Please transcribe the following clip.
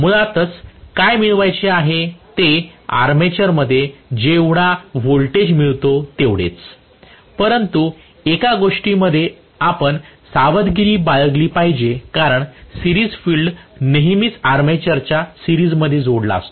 मुळात मला काय मिळवायचे आहे ते आर्मेचरमध्ये जेवढा व्होल्टेज मिळतो तेवढेच परंतु एका गोष्टींमध्ये आपण सावधगिरी बाळगली पाहिजे कारण सिरीज फील्ड नेहमीच आर्मेचरच्या सिरीज मध्ये जोडलेले असते